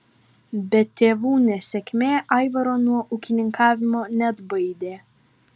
bet tėvų nesėkmė aivaro nuo ūkininkavimo neatbaidė